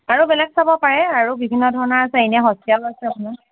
আৰু বেলেগ চাব পাৰে আৰু বিভিন্ন ধৰণৰ আছে এনে সস্তীয়াও আছে আপোনাৰ